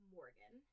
Morgan